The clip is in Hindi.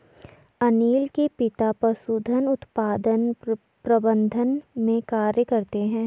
अनील के पिता पशुधन उत्पादन प्रबंधन में कार्य करते है